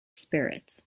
spirits